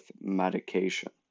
medication